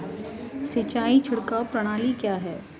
सिंचाई छिड़काव प्रणाली क्या है?